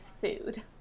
food